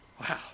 Wow